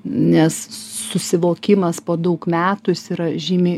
nes susivokimas po daug metų jis yra žymiai